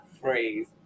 phrase